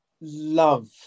love